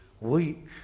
weak